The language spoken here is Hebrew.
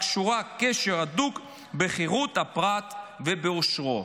הקשורה קשר הדוק בחירות הפרט ובאושרו".